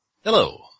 Hello